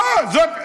לא טוב?